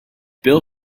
bill